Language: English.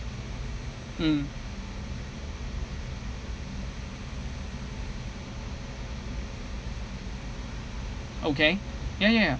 mm okay ya ya ya